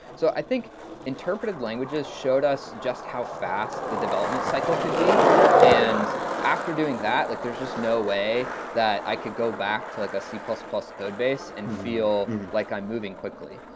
so i think interpreted languages showed us just how fast the development cycle could be and after doing that like there's just no way that i could go back to like a c plus plus code base and feel like i'm moving quickly.